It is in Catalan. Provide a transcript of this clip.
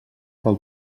pel